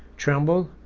tremble,